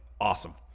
Awesome